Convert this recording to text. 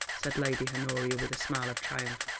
said lady honoria with a smile of triumph.